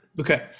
Okay